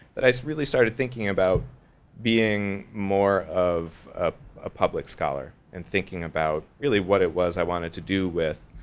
that i really started thinking about being more of a ah public scholar and thinking about really what it was i wanted to do with